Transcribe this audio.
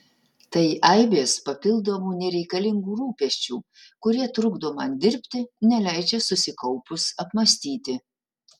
tai aibės papildomų nereikalingų rūpesčių kurie trukdo man dirbti neleidžia susikaupus apmąstyti